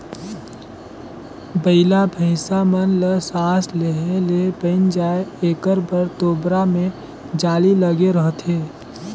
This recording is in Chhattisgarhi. बइला भइसा मन ल सास लेहे ले बइन जाय एकर बर तोबरा मे जाली लगे रहथे